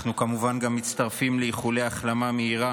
אנחנו כמובן גם מצטרפים לאיחולי החלמה מהירה